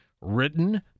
written